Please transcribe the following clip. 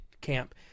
camp